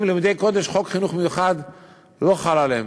לימודי קודש וחוק חינוך מיוחד לא חל עליהם.